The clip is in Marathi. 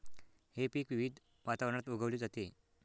हे पीक विविध वातावरणात उगवली जाते